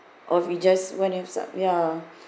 or if we just went and sup~ ya